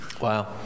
Wow